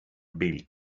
built